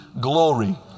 glory